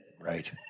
Right